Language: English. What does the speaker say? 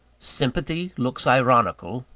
sympathy looks ironical,